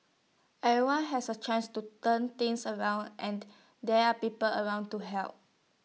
everyone has A chance to turn things around and there are people around to help